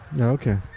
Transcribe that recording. Okay